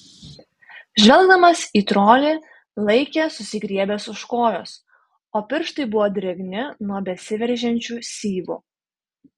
žvelgdamas į trolį laikė susigriebęs už kojos o pirštai buvo drėgni nuo besiveržiančių syvų